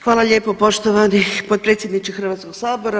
Hvala lijepa poštovani potpredsjedniče Hrvatskog sabora.